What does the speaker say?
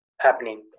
happening